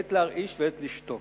עת להרעיש ועת לשתוק.